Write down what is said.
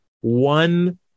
one